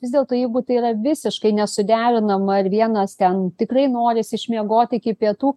vis dėlto jeigu tai yra visiškai nesuderinama ar vienas ten tikrai norisi išmiegot iki pietų